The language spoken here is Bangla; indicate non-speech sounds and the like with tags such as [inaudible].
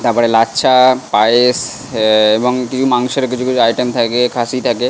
তার পরে লাচ্ছা পায়েস এবং [unintelligible] মাংসের কিছু কিছু আইটেম থাকে খাসি থাকে